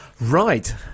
Right